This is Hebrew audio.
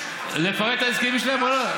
לפרט את ההסכמים שלהם או לא?